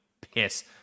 piss